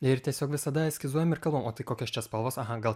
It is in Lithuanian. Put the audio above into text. ir tiesiog visada eskizuojam ir kalbam o tai kokios čia spalvos aha gal